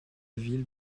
ville